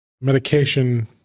medication